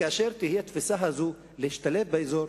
כאשר תהיה תפיסה כזאת של להשתלב באזור,